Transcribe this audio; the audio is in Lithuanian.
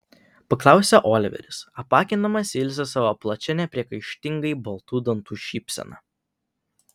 paklausė oliveris apakindamas ilzę savo plačia nepriekaištingai baltų dantų šypsena